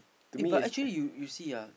eh but actually you you see ah